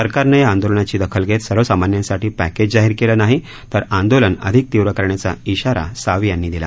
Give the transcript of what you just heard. सरकारनं या आंदोलनाची दखल घेत सर्वसामान्यांसाठी पॅकेज जाहीर केलं नाही तर आंदोलन अधिक तीव्र करण्याचा इशारा सावे यांनी दिला